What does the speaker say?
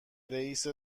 رئیست